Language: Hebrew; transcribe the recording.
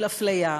של אפליה,